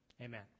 Amen